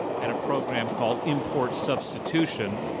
had a program called import substitution,